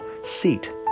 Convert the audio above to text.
Seat